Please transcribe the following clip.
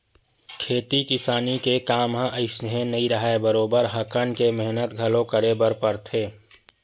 खेती किसानी के काम ह अइसने नइ राहय बरोबर हकन के मेहनत घलो करे बर परथे